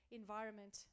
environment